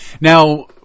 Now